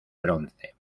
bronce